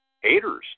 haters